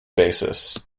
basis